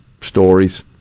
stories